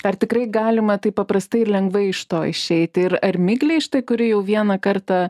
ar tikrai galima taip paprastai ir lengvai iš to išeiti ir ar miglei štai kuri jau vieną kartą